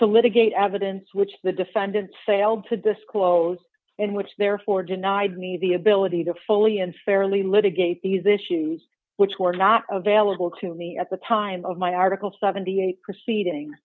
litigate evidence which the defendant failed to disclose and which therefore denied me the ability to fully and fairly litigate these issues which were not available to me at the time of my article seventy eight proceedings